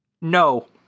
No